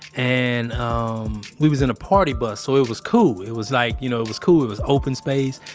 and we was in a party bus, so it was cool. it was like, you know, it was cool. it was open space.